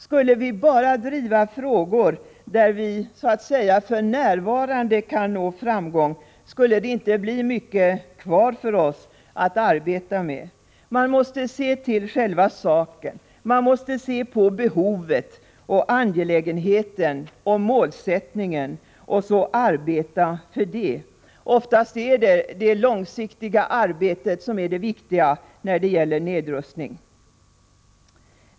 Skulle vi bara driva frågor där vi ”för närvarande” kan nå framgång, skulle det inte bli mycket kvar för oss att arbeta med. Man måste se till själva saken och se till behovet, angelägenheten och målet — och så arbeta för detta. Oftast är det det långsiktiga arbetet som är viktigt när det gäller nedrustning.